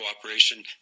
cooperation